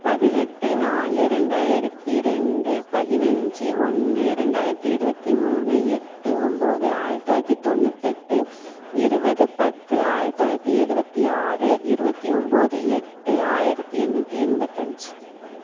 பதினெட்டு நாலு ரெண்டாயிரத்து ரெண்டு பதினைஞ்சி ஒன்று ரெண்டாயிரத்து இருபத்தி மூணு எட்டு ஒம்பது ஆயிரத்து தொள்ளாயிரத்து தொண்ணூத்தெட்டு இருபது பத்து ஆயிரத்து தொள்ளயிரத்து எழுவத்தி ஆறு இருபத்தி ஒம்பது எட்டு ஆயிரத்து எண்ணூற்றி எண்பத்தஞ்சு